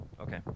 Okay